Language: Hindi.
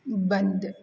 बंद